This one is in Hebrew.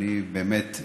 באמת,